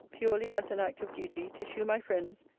purely as an act of duty, to shew my friends,